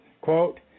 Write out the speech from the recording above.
quote